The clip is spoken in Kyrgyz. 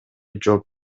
жооп